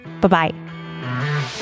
Bye-bye